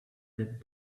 that